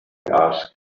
asked